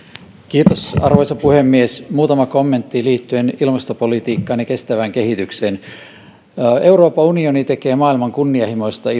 kiitos arvoisa puhemies muutama kommentti liittyen ilmastopolitiikkaan ja kestävään kehitykseen euroopan unioni tekee maailman kunnianhimoisinta